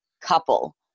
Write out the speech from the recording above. couple